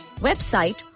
website